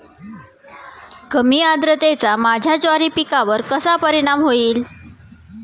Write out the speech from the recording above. कमी आर्द्रतेचा माझ्या ज्वारी पिकावर कसा परिणाम होईल?